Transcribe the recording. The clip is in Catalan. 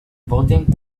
voten